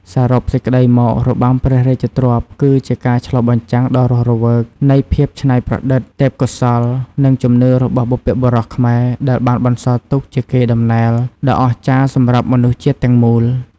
សរុបសេចក្ដីមក របាំព្រះរាជទ្រព្យ គឺជាការឆ្លុះបញ្ចាំងដ៏រស់រវើកនៃភាពច្នៃប្រឌិត ទេពកោសល្យ និងជំនឿរបស់បុព្វបុរសខ្មែរ ដែលបានបន្សល់ទុកជាកេរ្តិ៍ដំណែលដ៏អស្ចារ្យសម្រាប់មនុស្សជាតិទាំងមូល។